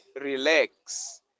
relax